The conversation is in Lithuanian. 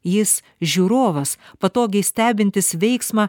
jis žiūrovas patogiai stebintis veiksmą